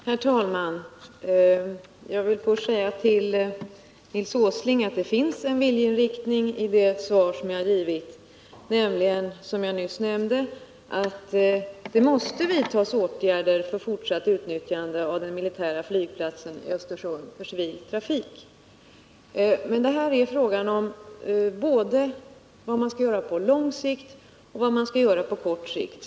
Herr talman! Jag vill först säga till Nils Åsling att det i det svar som jag ha givit finns en viljeinriktning, nämligen — som jag nyss nämnde — att åtgärder måste vidtas för fortsatt utnyttjande av den militära flygplatsen i Östersund för civil trafik. Det är här frågan om vad man skall göra både på lång och på kort sikt.